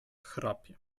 chrapie